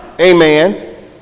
amen